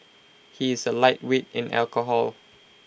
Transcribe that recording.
he is A lightweight in alcohol